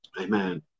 amen